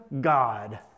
god